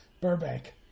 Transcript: Burbank